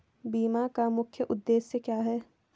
बीमा का मुख्य उद्देश्य क्या है?